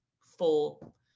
full